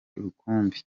rukumbi